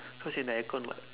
cause you're in the aircon [what]